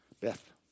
Beth